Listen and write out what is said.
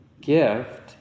gift